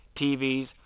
TVs